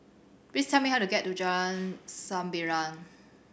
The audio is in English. please tell me how to get to Jalan Sembilang